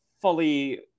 fully